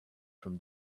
from